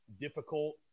difficult